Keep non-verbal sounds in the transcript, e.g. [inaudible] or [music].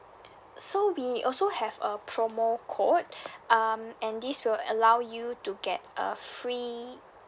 so we also have a promo code [breath] um and this will allow you to get a free